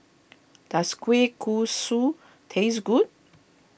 does Kueh Kosui taste good